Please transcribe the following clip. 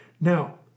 Now